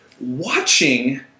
Watching